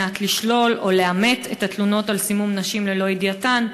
לשלול או לאמת את התלונות על סימום נשים ללא ידיעתן?